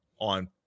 on